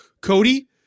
Cody